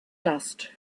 dust